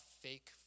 fake